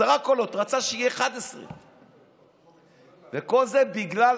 רצה שיהיה 11. כל זה בגלל